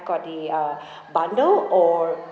got the uh bundle or